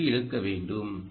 3 க்கு இழுக்க வேண்டும்